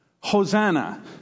Hosanna